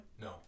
No